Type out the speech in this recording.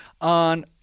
on